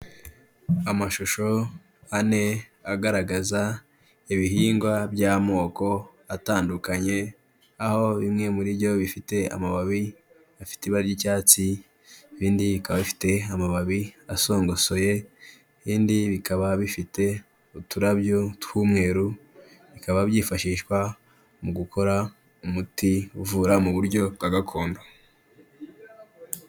Amashusho ane agaragaza ibihingwa by'amoko atandukanye, aho bimwe muri byo bifite amababi afite iba ry'icyatsi, ibindi bikaba ifite amababi asongosoye, ibindi bikaba bifite uturabyo tw'umweru, bikaba byifashishwa mu gukora umuti uvura mu buryo bwa gakondo.